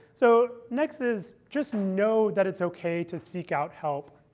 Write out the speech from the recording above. so next is just know that it's ok to seek out help.